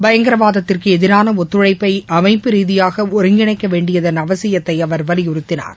பயங்கரவாதத்திற்கு எதிரான ஒத்துழைப்ப அமைப்பு ரீதியாக ஒருங்கிணைக்க வேண்டியதன் அவசியத்தை அவர் வலியுறுத்தினார்